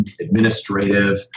administrative